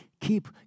Keep